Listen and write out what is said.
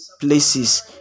places